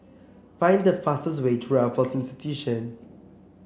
find the fastest way to Raffles Institution